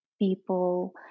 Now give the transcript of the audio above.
people